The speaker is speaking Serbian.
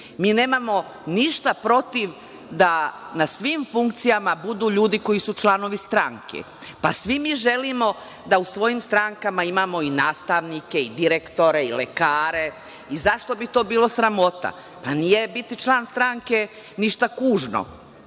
Mi nemamo ništa protiv da na svim funkcijama budu ljudi koji su članovi stranke, pa svi mi želimo da u svojim strankama imamo i nastavnike i direktore i lekare i zašto bi to bilo sramota? Pa nije biti član stranke ništa kužno.